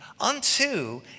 unto